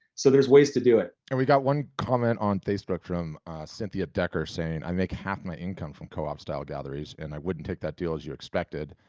so, there's ways to do it. and we got one comment on facebook from cynthia decker saying, i make half my income from co-op style galleries and i wouldn't take that deal as you expected.